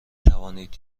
توانید